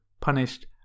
punished